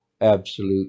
absolute